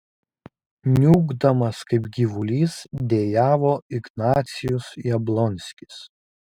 niūkdamas kaip gyvulys dejavo ignacius jablonskis